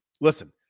listen